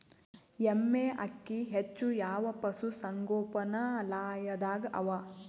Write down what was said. ಎಮ್ಮೆ ಅಕ್ಕಿ ಹೆಚ್ಚು ಯಾವ ಪಶುಸಂಗೋಪನಾಲಯದಾಗ ಅವಾ?